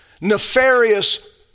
nefarious